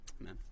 Amen